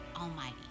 Almighty